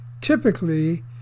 Typically